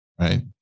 Right